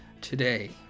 today